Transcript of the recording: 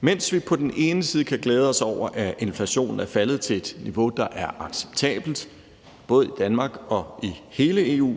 Mens vi på den ene side kan glæde os over, at inflationen er faldet til et niveau, der er acceptabelt, både i Danmark og i hele EU,